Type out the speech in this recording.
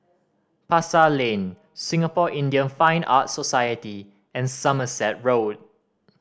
Pasar Lane Singapore Indian Fine Arts Society and Somerset Road